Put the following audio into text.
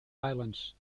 islands